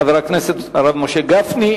חבר הכנסת הרב משה גפני.